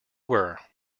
were